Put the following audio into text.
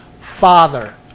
father